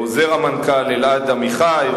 עוזר המנכ"ל אלעד עמיחי,